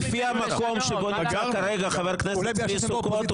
לפי המקום שבו נמצא כרגע חבר הכנסת צבי סוכות,